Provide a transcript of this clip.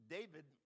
David